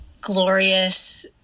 glorious